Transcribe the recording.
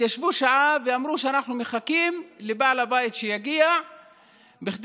התיישבו שעה ואמרו: אנחנו מחכים לבעל הבית שיגיע כדי